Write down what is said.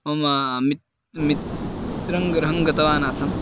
ममा मित्रस्य मित्रस्य गृहं गतवान् आसं